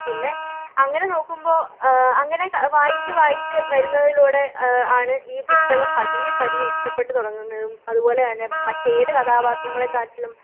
പിന്നെ അങ്ങനെ നോക്കുമ്പോൾ അങ്ങനെ വായിച്ച് വായിച്ച് വരുന്നതിലൂടെ ആണ് ഈ പുസ്തകം പതിയെപ്പതിയെ ഇഷ്ടപ്പെട്ട് തുടങ്ങുന്നതും അതുപോലെ തന്നെ മറ്റേത് കഥാപാത്രങ്ങളെക്കാട്ടിലും